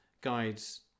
guides